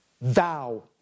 thou